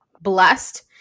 blessed